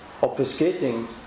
obfuscating